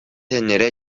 эрнере